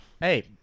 hey